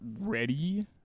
ready –